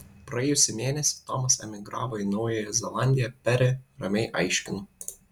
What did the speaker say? praėjusį mėnesį tomas emigravo į naująją zelandiją peri ramiai aiškinu